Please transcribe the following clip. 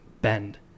bend